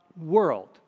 world